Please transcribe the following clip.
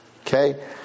Okay